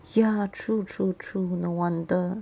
ya true true true no wonder